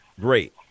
Great